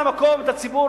את הציבור,